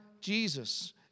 Jesus